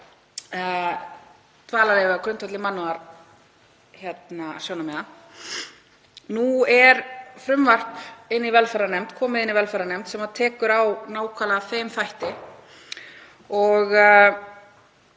dvalarleyfi á grundvelli mannúðarsjónarmiða. Nú er frumvarp komið inn í velferðarnefnd sem tekur á nákvæmlega þeim þætti og